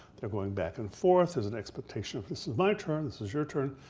they're going back and forth, there's an expectation of this is my turn, this is your turn.